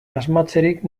asmatzerik